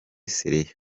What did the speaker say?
syria